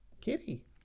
Kitty